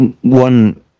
one